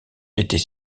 était